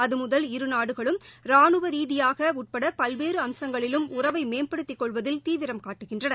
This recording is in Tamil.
அது முதல் இரு நாடுகளும் ரானுவ ரீதியாக உட்பட பல்வேறு அம்சங்களிலும் உறவை மேம்படுத்திக் கொள்வதில் தீவிரம் காட்டுகின்றன